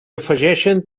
afegeixen